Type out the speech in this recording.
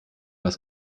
was